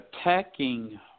attacking